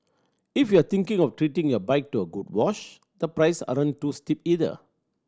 if you're thinking of treating your bike to a good wash the price aren't too steep either